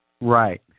Right